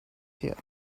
here